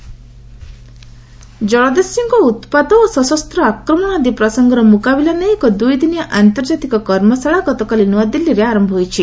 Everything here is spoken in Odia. କୋଷ୍ଟଗାର୍ଡ ୱାର୍କସପ୍ ଜଳଦସ୍ୟୁଙ୍କ ଉତ୍ପାତ ଓ ସଶସ୍ତ୍ର ଆକ୍ରମଣ ଆଦି ପ୍ରସଙ୍ଗର ମୁକାବିଲା ନେଇ ଏକ ଦୁଇଦିନିଆ ଆନ୍ତର୍ଜାତିକ କର୍ମଶାଳା ଗତକାଲି ନୂଆଦିଲ୍ଲୀରେ ଆରମ୍ଭ ହୋଇଛି